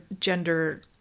gender